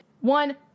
one